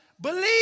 believe